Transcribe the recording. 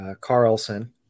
Carlson